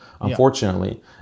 unfortunately